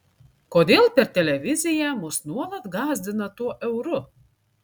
kodėl per televiziją mus nuolat gąsdina tuo euru